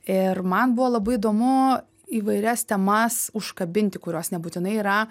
ir man buvo labai įdomu įvairias temas užkabinti kurios nebūtinai yra